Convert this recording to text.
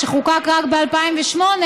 שחוקק רק ב-2008,